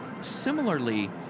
similarly